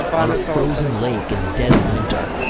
on a frozen lake in the dead of winter,